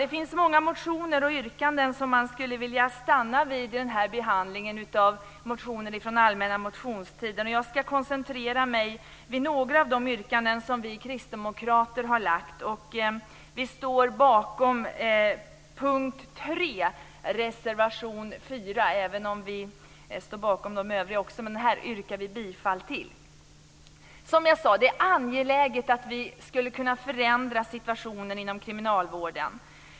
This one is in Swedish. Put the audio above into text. Det finns många motioner och yrkanden som jag skulle vilja stanna vid i denna behandling av motioner från allmänna motionstiden. Jag ska koncentrera mig på några av de yrkanden som vi kristdemokrater har gjort. Jag yrkar bifall till reservation 4 under punkt 3, och vi står även bakom våra övriga reservationer. Det är angeläget att förändra situationen inom kriminalvården.